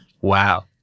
Wow